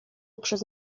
przez